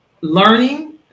learning